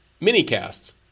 mini-casts